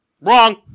Wrong